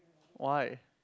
why